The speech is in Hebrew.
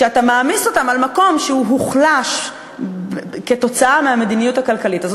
כשאתה מעמיס אותם על מקום שהוא מוחלש כתוצאה מהמדיניות הכלכלית הזו,